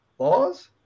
Laws